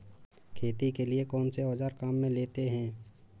खेती के लिए कौनसे औज़ार काम में लेते हैं?